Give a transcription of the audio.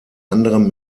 anderem